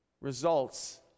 results